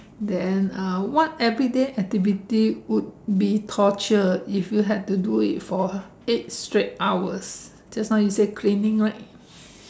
then uh what everyday activity would be torture if you had to do it for eight straight hours just now you said cleaning right